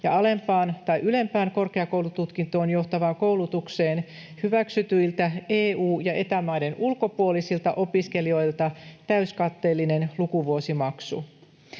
ja alempaan tai ylempään korkeakoulututkintoon johtavaan koulutukseen hyväksytyiltä EU- ja Eta-maiden ulkopuolisilta opiskelijoilta täyskatteellinen lukuvuosimaksu.